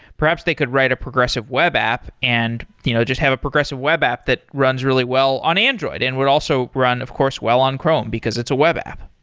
perhaps they could write a progressive web app and you know just have a progressive web app that runs really well on android and would also run of course well on chrome, because it's a web app.